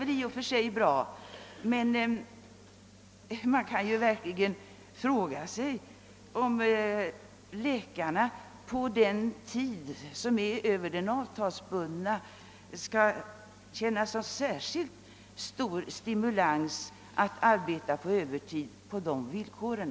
Det är i och för sig bra, men man kan verkligen fråga sig om läkarna kommer att känna någon särskilt stor stimulans att arbeta på övertid på de villkoren.